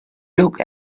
look